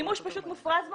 שימוש פשוט מופרז ומופרך.